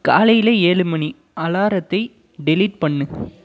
காலையில் ஏழு மணி அலாரத்தை டெலீட் பண்ணு